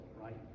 right